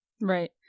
Right